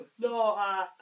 No